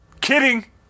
Kidding